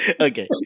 Okay